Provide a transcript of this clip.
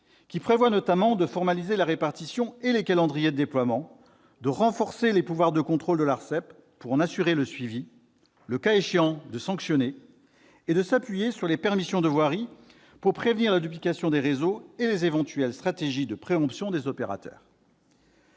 qui prévoient notamment de formaliser la répartition et les calendriers de déploiement, de renforcer les pouvoirs de contrôle de l'ARCEP pour en assurer le suivi, le cas échéant, de sanctionner, et de s'appuyer sur les permissions de voirie pour prévenir la duplication des réseaux et les éventuelles stratégies de préemption des opérateurs.